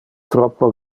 troppo